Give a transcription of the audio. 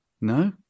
No